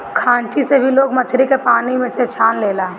खांची से भी लोग मछरी के पानी में से छान लेला